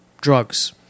drugs